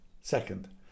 Second